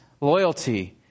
loyalty